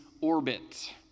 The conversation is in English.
orbit